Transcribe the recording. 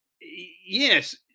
yes